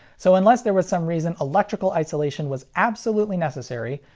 so unless there was some reason electrical isolation was absolutely necessary,